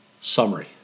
Summary